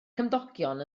cymdogion